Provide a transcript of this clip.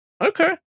Okay